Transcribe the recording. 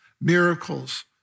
miracles